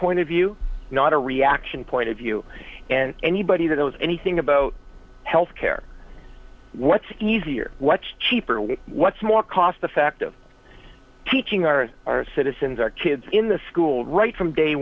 point of view not a reaction point of view and anybody that knows anything about health care what's easier what's cheaper what's more cost effective teaching our citizens our kids in the school right from day